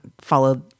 follow